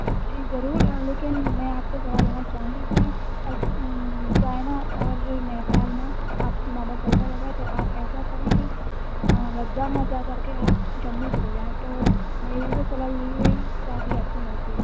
جی ضرور لیکن میں آپ کو صلاح دینا چاہوں گی کہ چائنا اور نیپال میں آپسی معاملہ چلتا رہتا ہے تو آپ ایسا کریں کہ لداخ نہ جا کر کے آپ جموں چلے جائیں تو میری تو صلاح یہی رہے گی باقی آپ کی مرضی